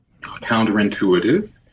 counterintuitive